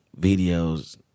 videos